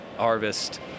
Harvest